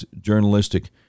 journalistic